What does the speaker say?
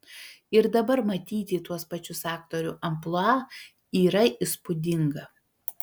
ir dabar matyti tuos pačius aktorių amplua yra įspūdinga